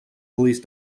police